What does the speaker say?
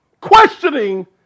Questioning